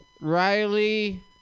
Riley